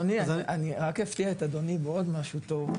אני רק אפתיע את אדוני בעוד משהו טוב,